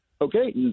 Okay